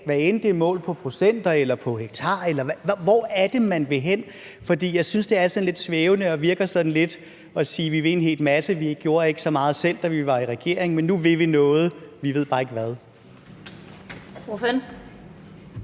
hvad end det er målt i procenter eller hektarer? Hvor er det, man vil hen? For jeg synes, det er sådan lidt svævende og virker, som om man vil en hel masse: Vi gjorde ikke så meget selv, da vi var i regering, men nu vil vi noget; vi ved bare ikke hvad.